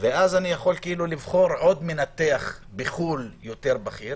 ואז אני יכול לבחור עוד מנתח בחו"ל, בכיר יותר.